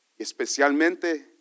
Especialmente